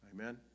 Amen